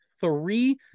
Three